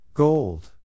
Gold